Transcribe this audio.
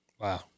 Wow